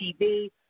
TV